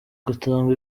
gutanga